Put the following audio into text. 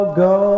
go